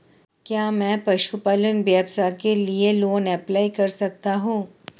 क्या मैं पशुपालन व्यवसाय के लिए लोंन अप्लाई कर सकता हूं?